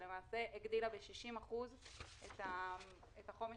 שלמעשה הגדילה ב-60% את מה שנקבע